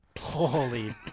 Holy